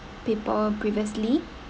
people previously